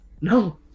No